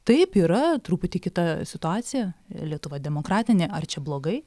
taip yra truputį kita situacija lietuva demokratinė ar čia blogai